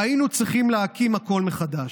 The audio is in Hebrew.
והיינו צריכים להקים הכול מחדש.